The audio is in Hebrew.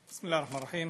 בסם אללה א-רחמאן א-רחים.